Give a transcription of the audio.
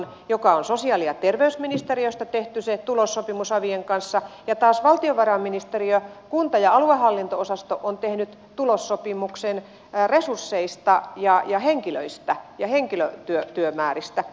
se tulossopimus avien kanssa on sosiaali ja terveysministeriöstä tehty ja taas valtiovarainministeriö kunta ja aluehallinto osasto on tehnyt tulossopimuksen resursseista henkilöistä ja henkilötyömääristä